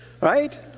right